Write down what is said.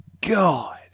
God